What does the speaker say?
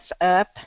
up